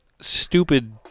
stupid